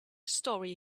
story